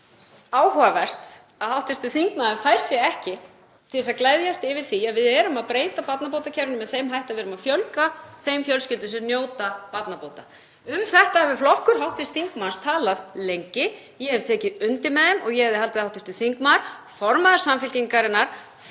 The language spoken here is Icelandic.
áhugavert að hv. þingmaður fái sig ekki til að gleðjast yfir því að við séum að breyta barnabótakerfinu með þeim hætti að við erum að fjölga þeim fjölskyldum sem njóta barnabóta. Um þetta hefur flokkur hv. þingmanns talað lengi. Ég hef tekið undir með þeim og ég hefði haldið að hv. þingmaður, formaður Samfylkingarinnar,